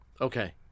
Okay